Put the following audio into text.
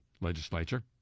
legislature